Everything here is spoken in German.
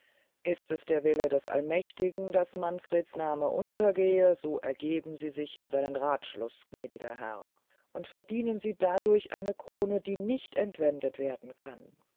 ist es der wille des allmächtigen daß manfreds nahme untergehe so ergeben sie sich in seinen rathschluß gnädiger herr und verdienen sie dadurch eine krone die nicht entwendet werden kann